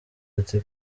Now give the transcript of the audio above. ati